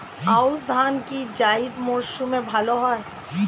আউশ ধান কি জায়িদ মরসুমে ভালো হয়?